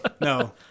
No